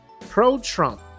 pro-Trump